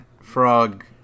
frog